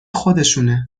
خودشونه